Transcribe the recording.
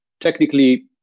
technically